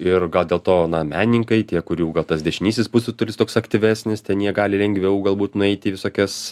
ir gal dėl to na menininkai tie kurių gal tas dešinysis pusrutulis toks aktyvesnis ten jie gali lengviau galbūt nueiti į visokias